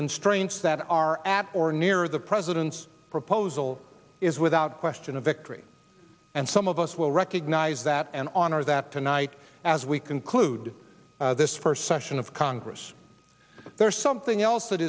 constraints that are at or near the president's proposal is without question a victory and some of us will recognize that and on our that tonight as we conclude this first session of congress there is something else that